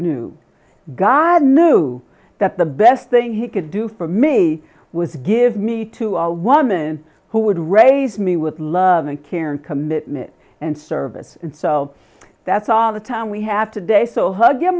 knew god knew that the best thing he could do for me was give me to a woman who would raise me with love and care and commitment and service and so that's all the time we have today so hug your